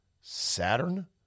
Saturn